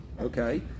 Okay